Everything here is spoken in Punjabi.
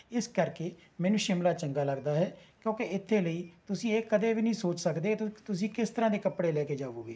ਇਸ ਕਰਕੇ ਮੈਨੂੰ ਸ਼ਿਮਲਾ ਚੰਗਾ ਲੱਗਦਾ ਹੈ ਕਿਉਂਕਿ ਇੱਥੇ ਲਈ ਤੁਸੀਂ ਇਹ ਕਦੇ ਵੀ ਨਹੀਂ ਸੋਚ ਸਕਦੇ ਤੁਸੀਂ ਕਿਸ ਤਰ੍ਹਾਂ ਦੇ ਕੱਪੜੇ ਲੈ ਕੇ ਜਾਵੋਗੇ